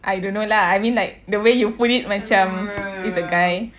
I don't know lah I mean like the way you put it macam it's a guy